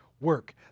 work